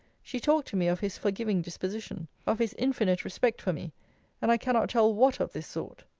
she talked to me of his forgiving disposition of his infinite respect for me and i cannot tell what of this sort.